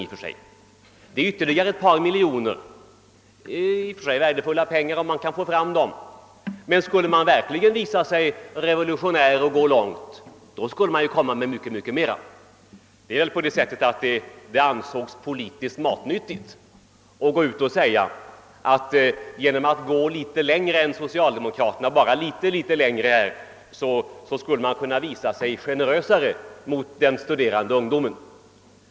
Den rör sig bara om ytterligare ett par miljoner. Men om ni verkligen ville vara revolutionära och gå långt, så skulle ni ha föreslagit mycket mera. Nej, det har säkert ansetts vara politiskt matnyttigt att här gå en liten aning längre än socialdemokraterna och att vara litet mera generös mot den studerande ungdomen.